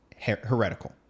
heretical